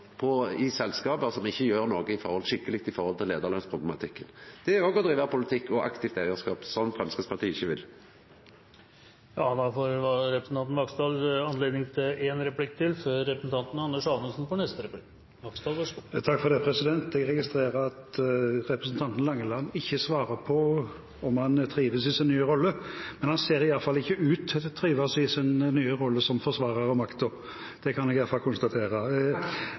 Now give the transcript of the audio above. i selskap som ikkje gjer noko skikkeleg med leiarlønnsproblematikken. Det er òg å driva politikk og aktivt eigarskap – som Framstegspartiet ikkje vil. Jeg registrerer at representanten Langeland ikke svarer på om han trives i sin nye rolle. Han ser ikke ut til å trives i sin nye rolle som forsvarer av «maktå». Det kan jeg i alle fall konstatere.